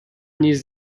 نیز